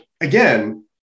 again